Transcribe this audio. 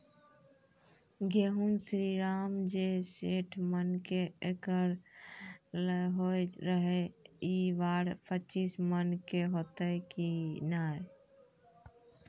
गेहूँ श्रीराम जे सैठ मन के एकरऽ होय रहे ई बार पचीस मन के होते कि नेय?